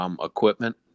equipment